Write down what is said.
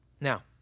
Now